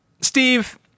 Steve